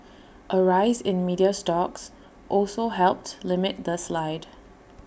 A rise in media stocks also helped limit the slide